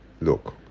look